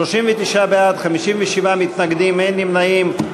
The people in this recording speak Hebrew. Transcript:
39 בעד, 57 מתנגדים, אין נמנעים.